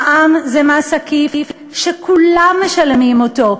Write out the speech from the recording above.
המע"מ זה מס עקיף שכולם משלמים אותו,